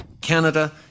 Canada